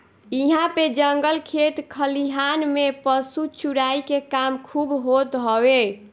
इहां पे जंगल खेत खलिहान में पशु चराई के काम खूब होत हवे